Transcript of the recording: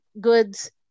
goods